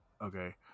okay